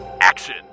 Action